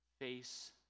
face